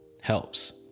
helps